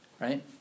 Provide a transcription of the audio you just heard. right